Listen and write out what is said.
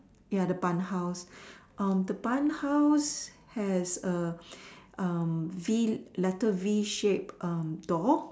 ya the bun house the bun house has A V letter V shape door